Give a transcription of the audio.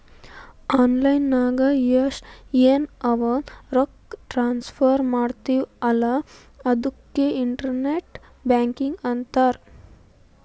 online ನಾಗ್ ಎನ್ ನಾವ್ ರೊಕ್ಕಾ ಟ್ರಾನ್ಸಫರ್ ಮಾಡ್ತಿವಿ ಅಲ್ಲಾ ಅದುಕ್ಕೆ ಇಂಟರ್ನೆಟ್ ಬ್ಯಾಂಕಿಂಗ್ ಅಂತಾರ್